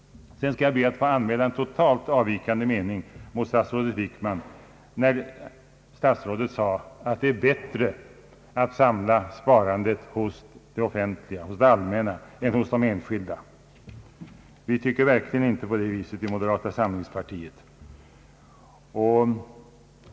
Sedan skall jag be att få anmäla en totalt avvikande mening mot statsrådet Wickman, när statsrådet säger att det är bättre att samla sparandet hos det allmänna än hos de enskilda. Vi tycker verkligen inte på det sättet i moderata samlingspartiet.